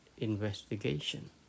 investigation